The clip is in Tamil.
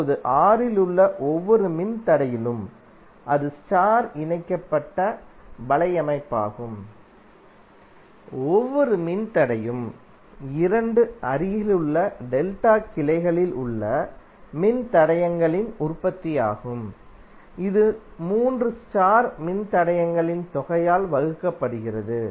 இப்போது R இல் உள்ள ஒவ்வொரு மின்தடையிலும் அது ஸ்டார் இணைக்கப்பட்ட வலையமைப்பாகும் ஒவ்வொரு மின்தடையமும் 2 அருகிலுள்ள டெல்டா கிளைகளில் உள்ள மின்தடையங்களின் உற்பத்தியாகும் இது 3 ஸ்டார் மின்தடையங்களின் தொகையால் வகுக்கப்படுகிறது